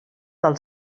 del